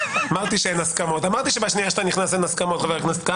הצבעה הרביזיה לא אושרה.